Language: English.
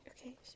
okay